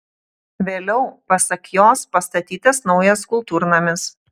vėliau pasak jos pastatytas naujas kultūrnamis